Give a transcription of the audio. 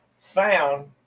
found